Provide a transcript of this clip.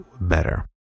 better